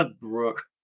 Brooke